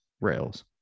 rails